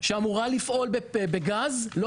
שאמורה לפעול בגז לא